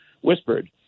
whispered